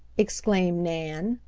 exclaimed nan,